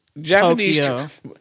Japanese